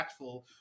impactful